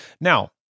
Now